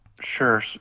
Sure